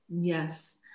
Yes